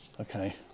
Okay